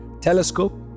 telescope